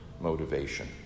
motivation